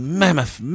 mammoth